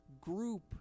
group